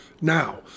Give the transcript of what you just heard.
now